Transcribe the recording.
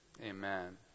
amen